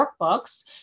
workbooks